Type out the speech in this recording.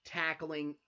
tackling